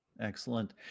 Excellent